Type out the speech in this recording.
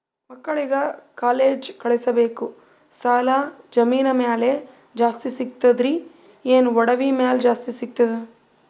ಮಕ್ಕಳಿಗ ಕಾಲೇಜ್ ಕಳಸಬೇಕು, ಸಾಲ ಜಮೀನ ಮ್ಯಾಲ ಜಾಸ್ತಿ ಸಿಗ್ತದ್ರಿ, ಏನ ಒಡವಿ ಮ್ಯಾಲ ಜಾಸ್ತಿ ಸಿಗತದ?